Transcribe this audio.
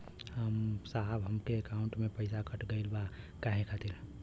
साहब हमरे एकाउंट से पैसाकट गईल बा काहे खातिर?